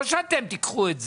לא שאתם תיקחו את זה.